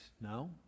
No